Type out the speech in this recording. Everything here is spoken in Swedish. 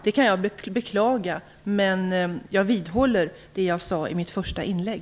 Det kan jag beklaga, men jag vidhåller det som jag sade i mitt första inlägg.